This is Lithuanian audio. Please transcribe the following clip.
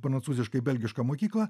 prancūziškai belgišką mokyklą